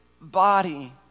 body